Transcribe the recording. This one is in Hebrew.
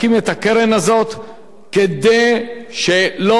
כדי שלא יהיה לנו מצב של כאוס,